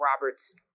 Robert's